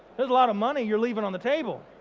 there's a lot of money you're leaving on the table.